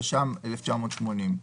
התש"ם-1980,